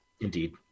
Indeed